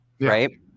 right